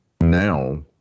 now